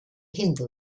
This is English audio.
hindu